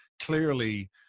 clearly